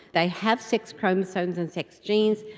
they have sex chromosomes and sex genes,